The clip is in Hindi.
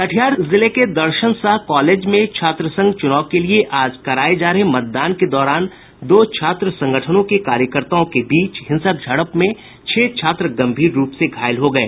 कटिहार जिले के दर्शन साह कॉलेज में छात्र संघ चूनाव के लिए आज कराये जा रहे मतदान के दौरान दो छात्र संगठनों के कार्यकर्ताओं के बीच हिंसक झड़प में छह छात्र गम्भीर रूप से घायल हो गये